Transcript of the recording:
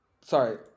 sorry